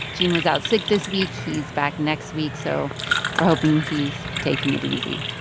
gene was out sick this week. he's back next week, so we're hoping he's taking it easy.